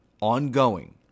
ongoing